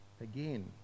again